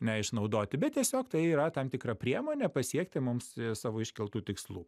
neišnaudoti bet tiesiog tai yra tam tikra priemonė pasiekti mums savo iškeltų tikslų